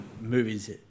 movies